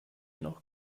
noch